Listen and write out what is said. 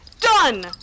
done